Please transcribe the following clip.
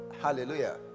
Hallelujah